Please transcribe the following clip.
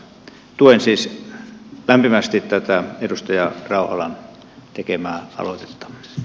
tuen siis lämpimästi tätä edustaja rauhalan tekemää aloitetta